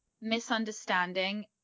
misunderstanding